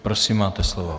Prosím, máte slovo.